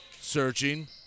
Searching